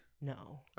No